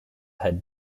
had